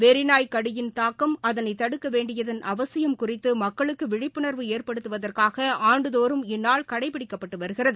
வெறிநாயக் கடியின் தாக்கம் அதனை தடுக்க வேண்டியதள் அவசியம் குறித்து மக்களுக்கு விழிப்புணா்வு ஏற்படுத்துவதற்காக ஆண்டுதோறும் இந்நாள் கடைபிடிக்கப்பட்டு வருகிறது